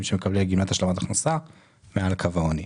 שמקבלים גמלת השלמת הכנסה מעל קו העוני.